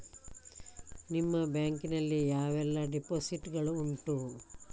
ನಿಮ್ಮ ಬ್ಯಾಂಕ್ ನಲ್ಲಿ ಯಾವೆಲ್ಲ ಡೆಪೋಸಿಟ್ ಗಳು ಉಂಟು?